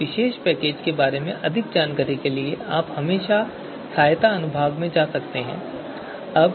इस विशेष पैकेज के बारे में अधिक जानकारी के लिए आप हमेशा सहायता अनुभाग में जा सकते हैं